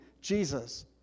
Jesus